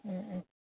उम उम